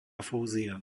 fúzia